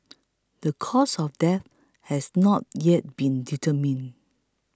the cause of death has not yet been determined